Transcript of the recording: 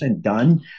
done